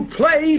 play